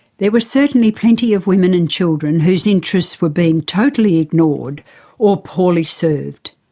there were certainly plenty of women and children whose interests were being totally ignored or poorly served.